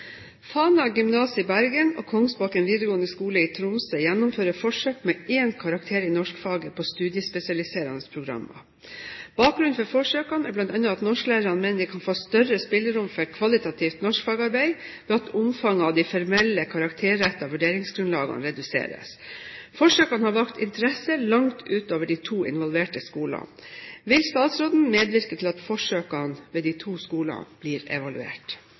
i Bergen og Kongsbakken videregående skole i Tromsø gjennomfører forsøk med én karakter i norskfaget på studiespesialiserende programmer. Bakgrunnen for forsøkene er bl.a. at norsklærerne mener de kan få større spillerom for kvalitativt norskfagarbeid ved at omfanget av de formelle, karakterrettede vurderingsgrunnlagene reduseres. Forsøkene har vakt interesse langt utover de to involverte skolene. Vil statsråden medvirke til at forsøkene ved de to skolene blir evaluert?»